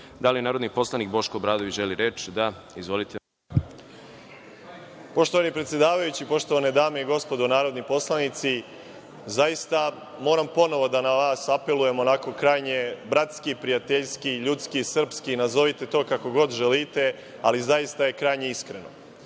li narodni poslanik Boško Obradović želi reč? (Da)Izvolite. **Boško Obradović** Poštovani predsedavajući, poštovane dame i gospodo narodni poslanici, zaista moram ponovo da na vas apelujem, onako krajnje bratski, prijateljski, ljudski, srpski, nazovite to kako god želite, ali zaista je krajnje iskreno. Pre